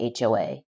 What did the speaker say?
HOA